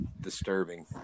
Disturbing